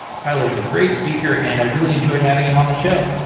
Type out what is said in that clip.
tyler is a great speaker and i really enjoyed having him on the show.